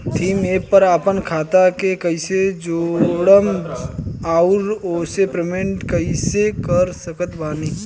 Bhim app पर आपन खाता के कईसे जोड़म आउर ओसे पेमेंट कईसे कर सकत बानी?